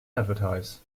advertise